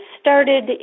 started